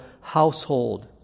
household